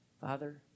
Father